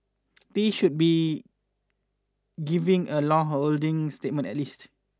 they should be given a long holding statement at least